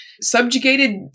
subjugated